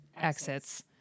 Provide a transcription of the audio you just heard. exits